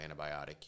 antibiotic